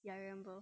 ya I remember